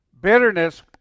Bitterness